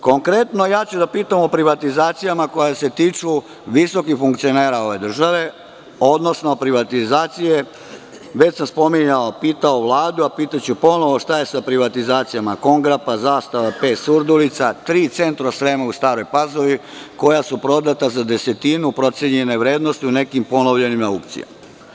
Konkretno, pitaću o privatizacijama koje se tiču visokih funkcionera ove države, odnosno privatizacije, već sam pitao Vladu, a pitaću ih ponovo – šta je sa privatizacijama „Kongrapa“, „Zastava PES“ Surdulica, tri „Centrosrema“ u Staroj Pazovi koja su prodata za desetinu procenjene vrednosti u nekim ponovljenim aukcijama?